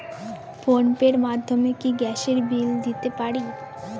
Phone pay র মাধ্যমে কি গ্যাসের বিল দিতে পারি?